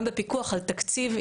גם בפיקוח על תקציב.